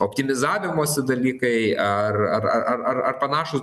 optimizavimosi dalykai ar ar ar ar ar panašūs